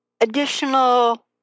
additional